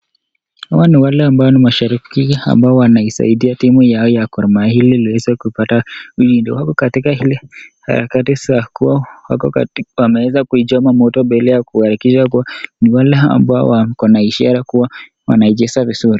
Hao ni ambao ni mashabiki ambao wanashabikia yao ya gormahia ili waweze kupata ushindi, wako katika zile harakati za kuwa katika wameeza kuichoma moto mbele kumaanisha kuwa ni wale wako na ishara kuwa wanacheza vizuri.